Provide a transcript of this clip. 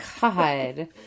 God